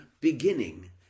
beginning